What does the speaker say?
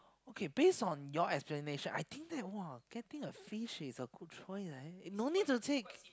okay base on your explanation I think that !wah! getting a fish is a good choice eh no need to take